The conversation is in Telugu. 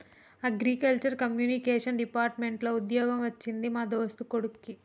అగ్రికల్చర్ కమ్యూనికేషన్ డిపార్ట్మెంట్ లో వుద్యోగం వచ్చింది మా దోస్తు కొడిక్కి